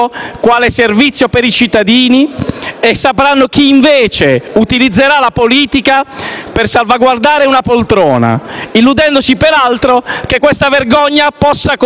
e chi invece utilizzerà la politica per salvaguardare una poltrona, illudendosi peraltro che questa vergogna possa continuare e durare ancora a lungo.